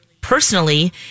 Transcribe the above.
personally